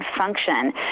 function